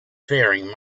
faring